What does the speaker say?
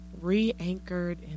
Re-anchored